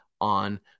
on